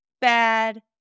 bad